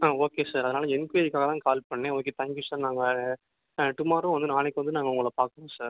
ஆ okay sir அதனால் என்கொயரிக்காக தான் கால் பண்ணுணேன் ஓகே தேங்க் யூ சார் நாங்கள் டுமாரோ வந்து நாளைக்கு வந்து நாங்கள் உங்களை பார்க்குறோம் சார்